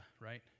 right